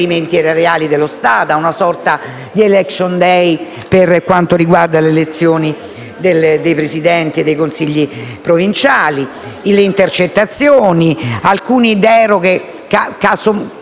trasferimenti erariali dello Stato a una sorta di *election day* per quanto riguarda le elezioni dei Presidenti e dei Consigli provinciali, delle intercettazioni, ad alcune deroghe molto